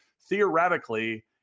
theoretically